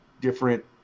different